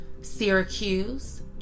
Syracuse